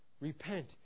Repent